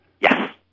Yes